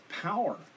power